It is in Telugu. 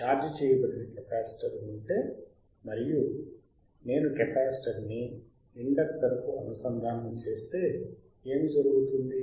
ఛార్జ్ చేయబడిన కెపాసిటర్ ఉంటే మరియు నేను కెపాసిటర్ ని ఇండక్టర్కు అనుసంధానము చేస్తే ఏమి జరుగుతుంది